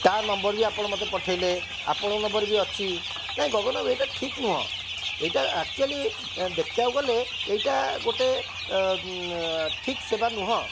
ତା' ନମ୍ବର ବି ଆପଣ ମୋତେ ପଠାଇଲେ ଆପଣଙ୍କ ନମ୍ବର ବି ଅଛି ନାହିଁ ଗଗନ ବାବୁ ଏଇଟା ଠିକ୍ ନୁହଁ ଏଇଟା ଆକ୍ଚୁଆଲି ଦେଖିବାକୁ ଗଲେ ଏଇଟା ଗୋଟେ ଠିକ୍ ସେବା ନୁହେଁ